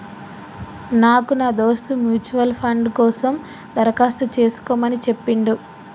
నాకు నా దోస్త్ మ్యూచువల్ ఫండ్ కోసం దరఖాస్తు చేసుకోమని చెప్పిండు